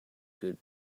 could